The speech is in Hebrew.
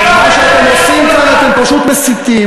מה שאתם עושים כאן, אתם פשוט מסיתים,